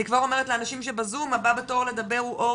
אני כבר אומרת לאנשים שבזום הבא בתור לדבר הוא אור